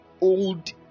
old